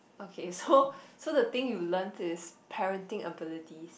okay so so the thing you learn is parenting abilities